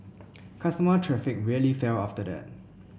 customer traffic really fell after that